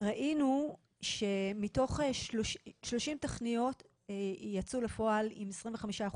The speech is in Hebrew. ראינו ש-30 תכניות יצאו לפועל עם 25%